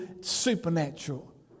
supernatural